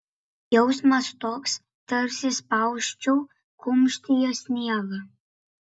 jausmas toks tarsi spausčiau kumštyje sniegą